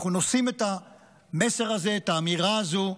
אנחנו נושאים את המסר הזה, את האמירה הזו,